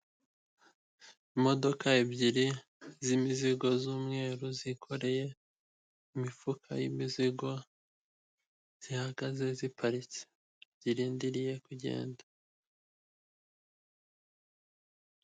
Imodoka ebyiri z'imizigo z'umweru, zikoreye imifuka y'imizigo, zihagaze ziparitse. Zirindiriye kugenda.